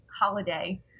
holiday